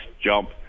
jump